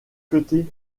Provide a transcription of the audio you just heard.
côtés